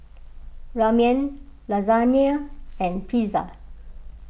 Ramen Lasagna and Pizza